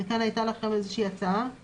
כאן הייתה לכם איזה שהיא הצעה,